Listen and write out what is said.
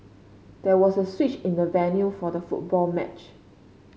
there was a switch in the venue for the football match